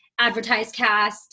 AdvertiseCast